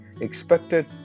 expected